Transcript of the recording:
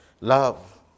Love